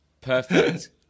perfect